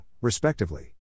respectively